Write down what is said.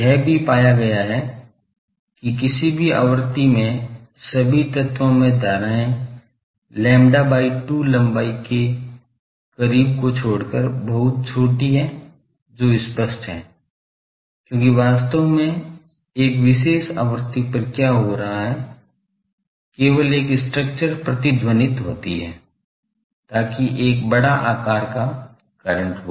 यह भी पाया गया है कि किसी भी आवृत्ति में सभी तत्वों में धाराएं lambda by two लम्बाई के करीब को छोड़कर बहुत छोटी हैं जो स्पष्ट है क्योंकि वास्तव में एक विशेष आवृत्ति पर क्या हो रहा है केवल एक स्ट्रक्चर प्रतिध्वनित होती है ताकि एक बड़ा आकार का करंट हो